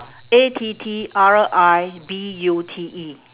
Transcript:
A T T R I B U T E